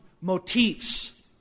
motifs